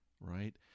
right